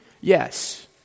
Yes